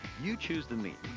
you choose the meats,